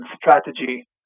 strategy